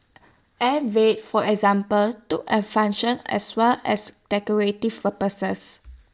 air Vents for example took on function as well as decorative purposes